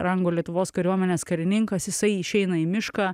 rango lietuvos kariuomenės karininkas jisai išeina į mišką